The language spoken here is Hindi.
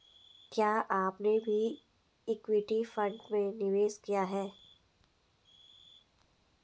क्या आपने भी इक्विटी फ़ंड में निवेश किया है?